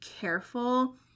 careful